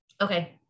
Okay